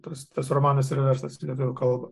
tas tas romanas yra verstas į lietuvių kalbą